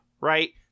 Right